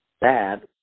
bad